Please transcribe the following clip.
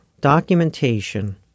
documentation